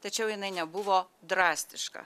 tačiau jinai nebuvo drastiška